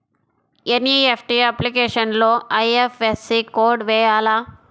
NEFT అప్లికేషన్లో IFSC code వేయాలా?